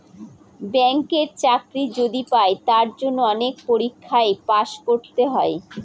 ব্যাঙ্কের চাকরি যদি পাই তার জন্য অনেক পরীক্ষায় পাস করতে হয়